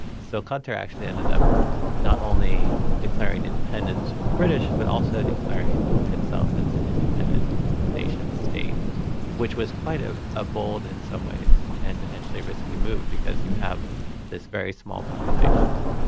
so qatar actually ended up not only declaring independence from the british, but also declaring itself as an independent nation-state, which was quite ah a bold, in some ways, and potentially risky move, because you have this very small population,